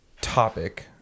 topic